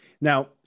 Now